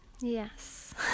Yes